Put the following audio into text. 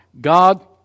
God